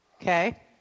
Okay